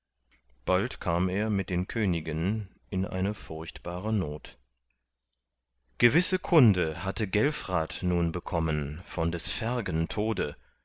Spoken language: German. bald kam er mit den königen in eine furchtbare not gewisse kunde hatte gelfrat nun bekommen von des fergen tode